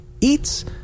eats